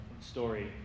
story